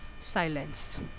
silence